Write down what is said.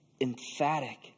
emphatic